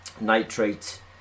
nitrate